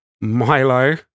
Milo